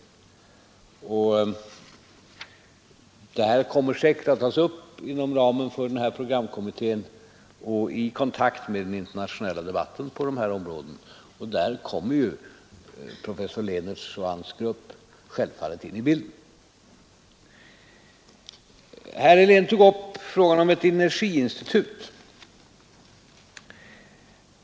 Problemet kommer säkert att tas upp inom ramen för programkommittén och i kontakt med den internationella debatten, och då kommer professor Lehnert och hans grupp självfallet in i bilden. Herr Helén tog upp frågan om ett energiinstitut.